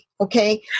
okay